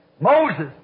Moses